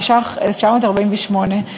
התש"ח 1948,